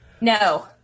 No